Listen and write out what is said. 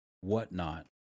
whatnot